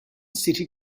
city